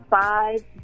five